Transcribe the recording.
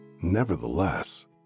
Nevertheless